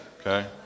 okay